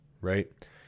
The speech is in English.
right